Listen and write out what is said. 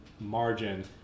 margin